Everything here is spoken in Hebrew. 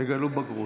תגלו בגרות.